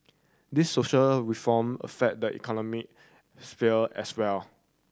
these social reform affect the economic sphere as well